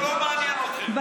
הערבים לא מעניינים אתכם, הא?